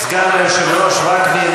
סגן היושב-ראש וקנין,